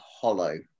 hollow